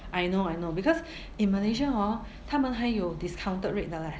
I know I know because in malaysia hor 他们很有 discounted rate 的 leh